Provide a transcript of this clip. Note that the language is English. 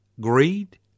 greed